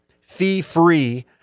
Fee-free